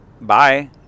bye